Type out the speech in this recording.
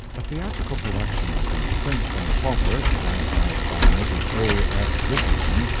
a theatrical production of the prince and the pauper, dramatized by mrs. a. s. richardson,